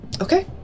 Okay